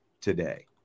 today